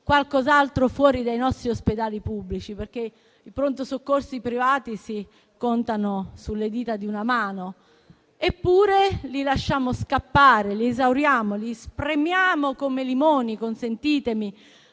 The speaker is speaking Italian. fare altro fuori dai nostri ospedali pubblici, perché i pronto soccorso privati si contano sulle dita di una mano. Eppure, li lasciamo scappare, li esauriamo, li spremiamo come limoni: consentitemi